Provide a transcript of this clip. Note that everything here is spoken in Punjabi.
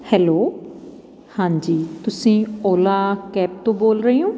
ਹੈਲੋ ਹਾਂਜੀ ਤੁਸੀਂ ਓਲਾ ਕੈਬ ਤੋਂ ਬੋਲ ਰਹੇ ਓਂ